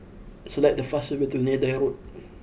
select the fastest way to Neythai Road